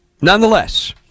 Nonetheless